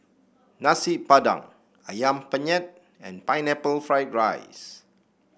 Nasi Padang ayam Penyet and Pineapple Fried Rice